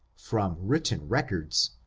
from written records,